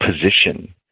position